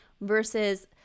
versus